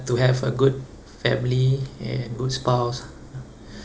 to have a good family and good spouse